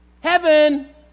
Heaven